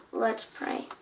let's pray.